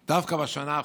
שדווקא בשנה האחרונה,